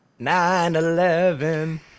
9-11